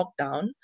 lockdown